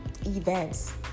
events